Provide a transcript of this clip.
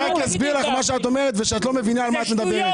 אסביר לך שמה שאת אומרת - שאת לא מבינה מה את מדברת.